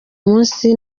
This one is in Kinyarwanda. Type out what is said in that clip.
munsi